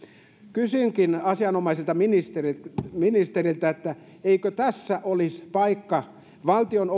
kysynkin asianomaiselta ministeriltä ministeriltä eikö tässä olisi paikka valtion